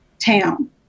town